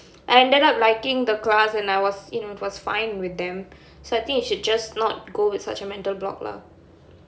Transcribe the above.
I ended up liking the class I was in and was fine with them so I think you should just not go with such a mental block lah